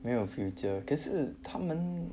没有 future 可是他们